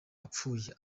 apfuye